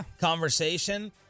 conversation